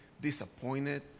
disappointed